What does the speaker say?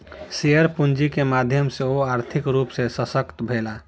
share पूंजी के माध्यम सॅ ओ आर्थिक रूप सॅ शशक्त भेला